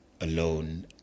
alone